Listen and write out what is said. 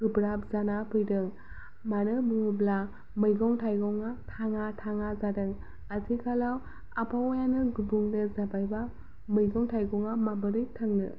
गोब्राब जाना फैदों मानो बुङोब्ला मैगं थाइगङा थाङा थाङा जादों आथिखालाव आबहावायानो गुबुंले जाबायब्ला मैगं थाइगङा माबोरै थांनो